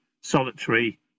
solitary